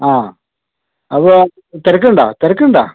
ആ അവിടെ തിരക്കുണ്ടോ തിരക്കുണ്ടോ